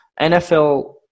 NFL